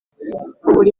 uri